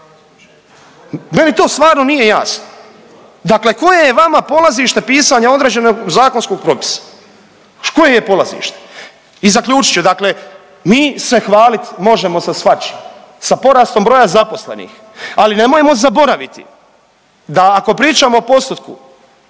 Meni to stvarno nije jasno. Dakle koje je vama polazište pisanja određenog zakonskog propisa? Koje je polazište? I zaključit ću. Dakle, mi se hvalit možemo sa svačim. Sa porastom broja zaposlenih, ali nemojmo zaboraviti da ako pričamo o postotku